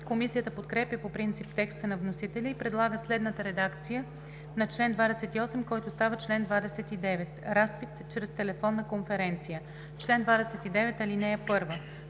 Комисията подкрепя по принцип текста на вносителя и следната редакция на чл. 28, който става чл. 29: „Разпит чрез телефонна конференция Чл. 29. (1)